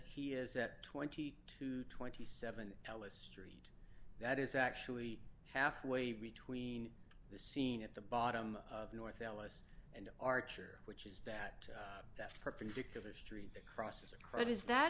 he is that twenty to twenty seven ellis street that is actually halfway between the scene at the bottom of north ellis and archer which is that perpendicular street that crosses the credit is that